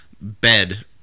bed